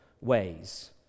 ways